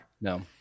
No